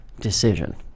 decision